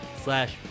slash